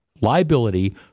liability